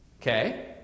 Okay